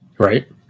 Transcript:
Right